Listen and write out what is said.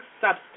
substance